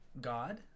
God